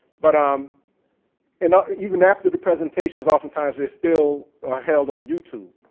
but um and even after the presentations oftentimes they still are held on youtube.